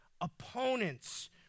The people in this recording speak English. opponents